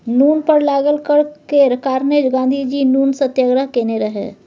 नुन पर लागल कर केर कारणेँ गाँधीजी नुन सत्याग्रह केने रहय